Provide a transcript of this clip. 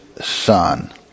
Son